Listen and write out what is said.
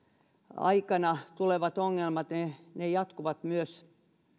aikana tulevat ongelmat jatkuvat myös